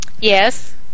Yes